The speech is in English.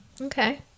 Okay